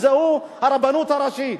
זוהי הרבנות הראשית.